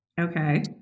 Okay